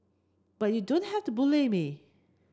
but you don't have to bully me